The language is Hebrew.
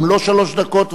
גם לו שלוש דקות.